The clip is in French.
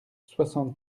soixante